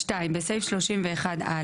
חוק התכנון והבנייה 89. (2) בסעיף 31א